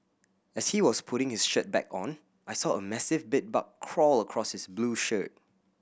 as he was putting his shirt back on I saw a massive bed bug crawl across his blue shirt